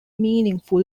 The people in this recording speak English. meaningful